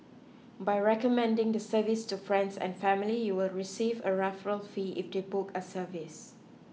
by recommending the service to friends and family you will receive a referral fee if they book a service